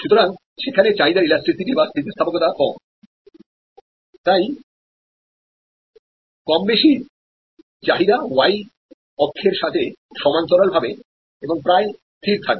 সুতরাং সেখানেচাহিদার ইলাস্টিসিটি কম আছে তাই কমবেশি চাহিদা Y অক্ষের সাথে সমান্তরালভাবে এবং প্রায় স্থির থাকবে